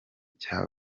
cya